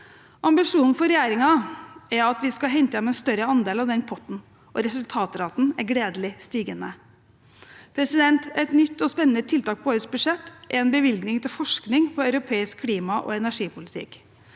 Ambisjonen til regjeringen er at vi skal hente hjem en større andel av denne potten, og resultatraten er gledelig stigende. Et nytt og spennende tiltak på årets budsjett er en bevilgning til forskning på europeisk klima- og energipolitikk.